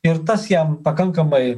ir tas jam pakankamai